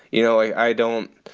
you know, i don't.